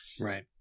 Right